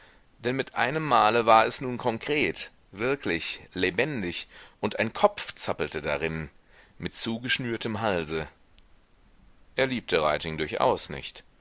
denn mit einem male war es nun konkret wirklich lebendig und ein kopf zappelte darin mit zugeschnürtem halse er liebte reiting durchaus nicht